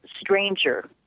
stranger